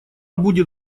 будет